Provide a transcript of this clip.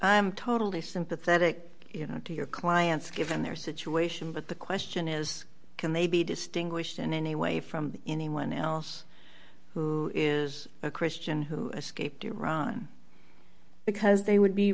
i'm totally sympathetic to your clients given their situation but the question is can they be distinguished in any way from anyone else who is a christian who escaped iran because they would be